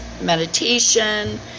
Meditation